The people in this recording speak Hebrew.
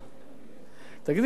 תגידי לעוזר שלך שיפסיק,